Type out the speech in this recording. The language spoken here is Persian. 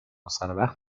سروقت